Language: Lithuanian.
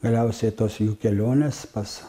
galiausiai tos jų kelionės pas